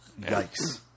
yikes